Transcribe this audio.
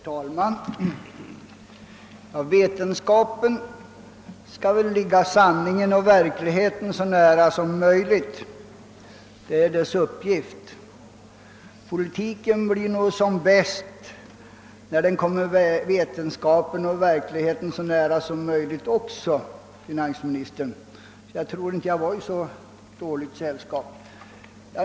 Herr talman! Vetenskapen skall ligga sanningen och verkligheten så nära som möjligt — det är dess uppgift. Och politiken blir nog som bäst när den kommer vetenskapen och verkligheten så nära som möjligt, herr finansminister. Jag tror därför inte att jag var i så dåligt sällskap.